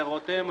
את הערותיהם,